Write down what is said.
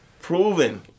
proven